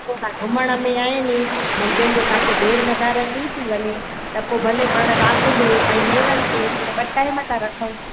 पोइ तव्हां घुमण में आहे न मंझंदि जो तव्हांखे देरि मदार थी थी वञे त पोइ भले पाण राति जो ऐं नेरनि ते ॿ टाइम था रखऊं